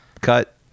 Cut